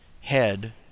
Head